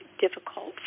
difficult